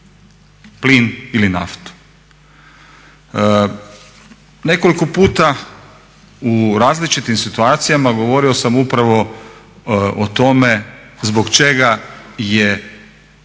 plin ili naftu. Nekoliko puta u različitim situacijama govorio sam upravo o tome zbog čega je